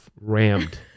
rammed